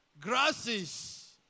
grasses